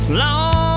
long